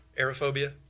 Aerophobia